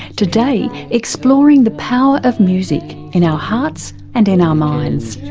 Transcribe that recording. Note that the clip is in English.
today exploring the power of music in our hearts and in our minds.